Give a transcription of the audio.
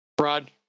Rod